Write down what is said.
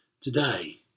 today